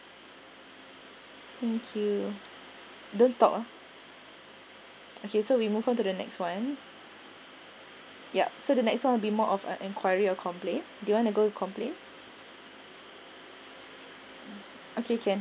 thank you don't stop oh okay so we move on to the next one yup so the next one will be more of an enquiry or complain do you want to go complain okay can